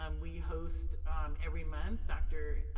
um we host every month, dr.